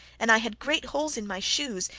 and i had great holes in my shoes,